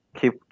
keep